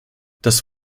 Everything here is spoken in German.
das